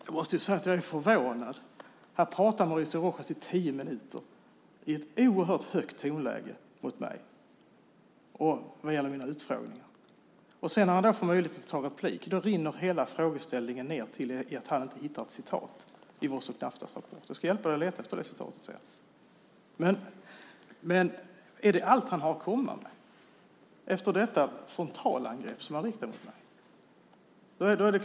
Fru talman! Jag måste säga att jag är förvånad. Här pratar Mauricio Rojas i tio minuter med ett oerhört högt tonläge mot mig vad gäller mina frågor under utfrågningen. När han sedan får möjlighet till replik rinner hela frågeställningen ned till att handla om ett citat som han inte hittat i Vostok Naftas rapport. Jag ska hjälpa dig att leta efter det citatet sedan. Är det allt han har att komma med efter detta frontalangrepp som han riktar mot mig?